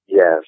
Yes